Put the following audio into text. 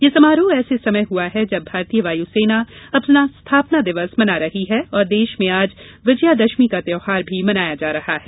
यह समारोह ऐसे समय हुआ है जब भारतीय वायुसेना अपना स्थापना दिवस मना रही है और देश में आज विजयादशमी का त्यौहार भी मनाया जा रहा है